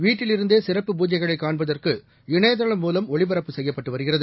வீட்டிலிருந்தேசிறப்பு பூஜைகளைகாண்பதற்கு இணையதளம் ஒளிபரப்பு மூலம் செய்யப்பட்டுவருகிறது